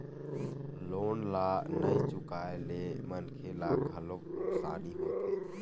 loan ल नइ चुकाए ले मनखे ल घलोक नुकसानी होथे